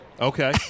Okay